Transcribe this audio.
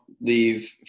leave